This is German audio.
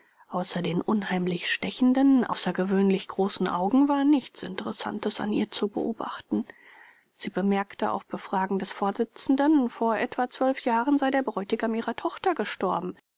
außer den unheimlich stechenden außergewöhnlich großen augen war nichts interessantes an ihr zu beobachten sie bemerkte auf befragen des vorsitzenden vor etwa jahren sei der bräutigam ihrer tochter gestorben